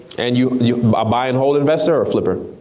and you know a buy and hold investor or flipper?